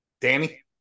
Danny